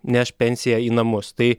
neš pensiją į namus tai